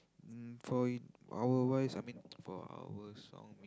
mm for you our voice I mean for our song